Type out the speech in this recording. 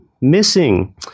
missing